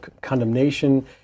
condemnation